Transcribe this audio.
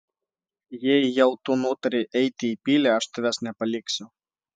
jei jau tu nutarei eiti į pilį aš tavęs nepaliksiu